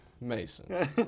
Mason